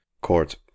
court